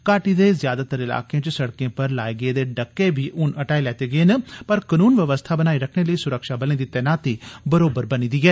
घाटी दे ज्यादातर इलाकें च सड़कें पर लाए गेदे डक्के हटाई लैते गे न पर कनून बवस्था बनाई रखने लेई सुरक्षा बलें दी तैनाती बरोबर बनी दी ऐ